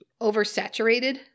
oversaturated